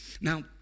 Now